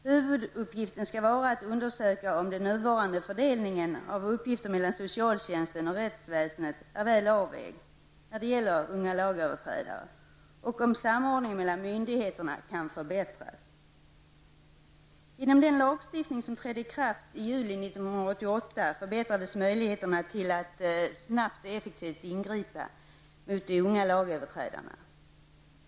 Huvuduppgiften skall vara att undersöka om den nuvarande fördelningen av uppgifter mellan socialtjänsten och rättsväsendet är väl avvägd när det gäller unga lagöverträdare och om samordningen mellan myndigheterna kan förbättras. 1988 förbättrades möjligheterna att ingripa snabbt och effektivt mot de unga lagöverträdarna.